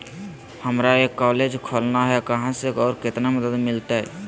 हमरा एक कॉलेज खोलना है, कहा से और कितना मदद मिलतैय?